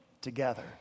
together